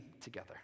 together